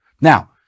Now